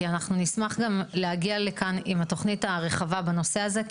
כי אנחנו נשמח גם להגיע לכאן עם התוכנית הרחבה בנושא הזה.